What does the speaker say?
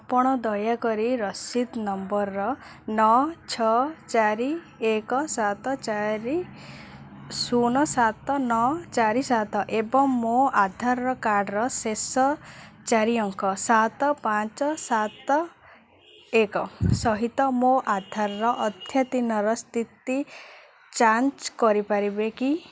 ଆପଣ ଦୟାକରି ରସିଦ ନମ୍ବର ନଅ ଛଅ ଚାରି ଏକ ସାତ ଚାରି ଶୂନ ସାତ ନଅ ଚାରି ସାତ ଏବଂ ମୋ ଆଧାର କାର୍ଡ଼ର ଶେଷ ଚାରି ଅଙ୍କ ସାତ ପାଞ୍ଚ ସାତ ଏକ ସହିତ ମୋ ଆଧାର ଅଦ୍ୟତନର ସ୍ଥିତି ଯାଞ୍ଚ କରିପାରିବେ କି